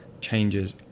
changes